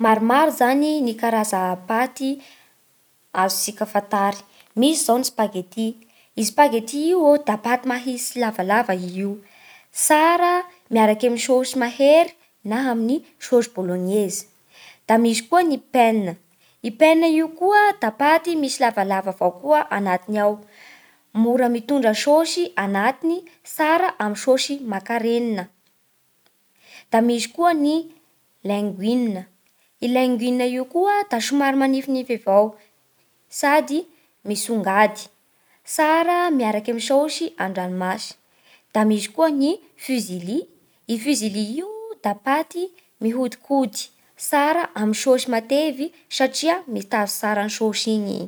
Maromaro zany ny karaza paty azontsika fantary. Misy izao ny spagetti. I spagetti io da paty mahia sy lavalava i io, tsara miaraka ami'ny saosy mahery na amin'ny saosy bolognaise. Da misy koa penne. I penne io koa da paty misy lavalava avao koa agnatiny ao, mora mitondra saosy agnatiny tsara amin'ny saosy makarenina. Da misy koa ny linguine. I linguine io koa da somary manifinify avao sady misongady, tsara miaraky amin'ny saosy an-dranomasy. Da misy koa ny fusili. I fusilli io da paty mihodikody, tsara amin'ny saosy matevy satria mitazo tsara ny saosy igny i.